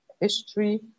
history